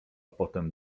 potem